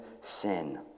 sin